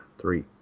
three